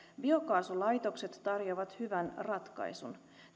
biokaasulaitokset tarjoavat hyvän ratkaisun